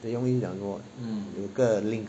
的用意是讲说有一个 link